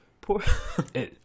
Poor